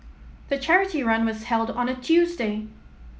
the charity run was held on a Tuesday